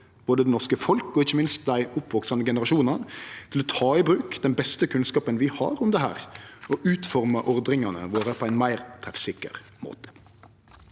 både det norske folk og ikkje minst dei oppveksande generasjonane til å ta i bruk den beste kunnskapen vi har om dette, og utforme ordningane våre på ein meir treffsikker måte.